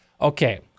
okay